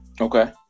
Okay